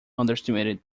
underestimated